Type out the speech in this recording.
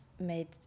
made